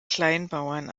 kleinbauern